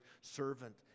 servant